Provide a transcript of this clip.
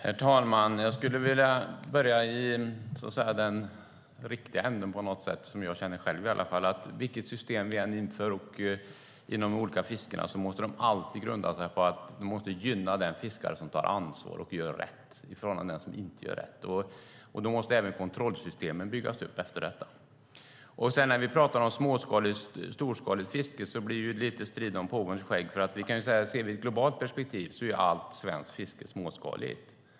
Herr talman! Jag skulle vilja börja i den, som jag tycker, riktiga änden. Vilket system vi än inför inom de olika fiskena måste de alltid grunda sig på att gynna den fiskare som tar ansvar och gör rätt. Då måste även kontrollsystemen byggas upp efter detta. När vi pratar om småskaligt och storskaligt fiske blir det lite av en strid om påvens skägg. I ett globalt perspektiv är allt svenskt fiske småskaligt.